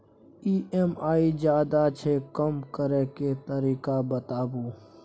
EMI ज्यादा छै कम करै के तरीका बताबू?